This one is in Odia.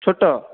ଛୋଟ